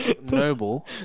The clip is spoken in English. noble